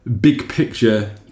big-picture